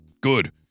Good